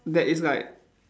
that is like